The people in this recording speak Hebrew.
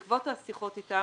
בעקבות השיחות איתם,